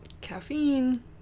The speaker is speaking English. caffeine